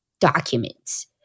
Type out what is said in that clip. documents